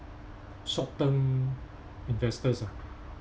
short term investors ah